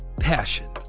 Passion